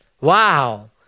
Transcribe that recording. Wow